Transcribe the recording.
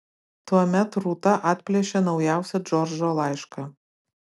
tuomet rūta atplėšė naujausią džordžo laišką